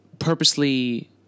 purposely